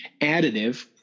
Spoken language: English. additive